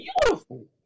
beautiful